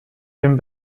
den